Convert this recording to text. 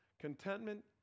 Contentment